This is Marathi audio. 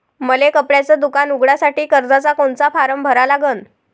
मले कपड्याच दुकान उघडासाठी कर्जाचा कोनचा फारम भरा लागन?